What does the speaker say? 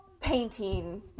painting